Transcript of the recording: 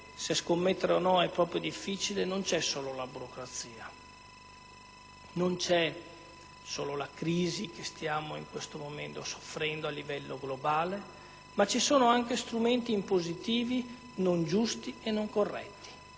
se scommettere o no è molto difficile, non c'è solo la burocrazia, non c'è solo la crisi che stiamo in questo momento soffrendo a livello globale, ma ci sono anche strumenti impositivi non giusti e non corretti.